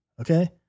Okay